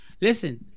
Listen